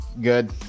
good